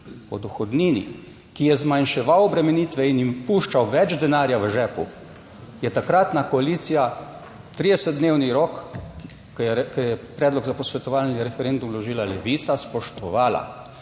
o dohodnini, ki je zmanjševal obremenitve in jim puščal več denarja v žepu, je takratna koalicija 30-dnevni rok, ki je predlog za posvetovalni referendum vložila Levica, spoštovala.